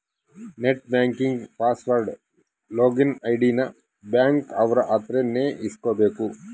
net banking password login ID ನ bank ಅವ್ರ ಅತ್ರ ನೇ ಇಸ್ಕಬೇಕು